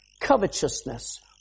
covetousness